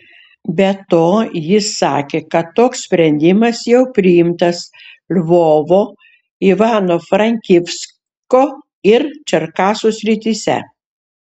be to jis sakė kad toks sprendimas jau priimtas lvovo ivano frankivsko ir čerkasų srityse